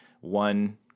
One